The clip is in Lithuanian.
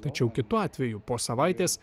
tačiau kitu atveju po savaitės